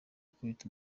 akubita